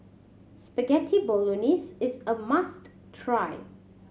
Spaghetti Bolognese is a must try